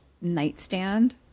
nightstand